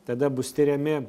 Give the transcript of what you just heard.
tada bus tiriami